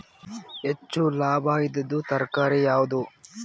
ಹೆಚ್ಚು ಲಾಭಾಯಿದುದು ತರಕಾರಿ ಯಾವಾದು?